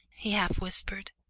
he half whispered,